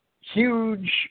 huge